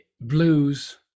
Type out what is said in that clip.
blues